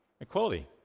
equality